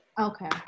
Okay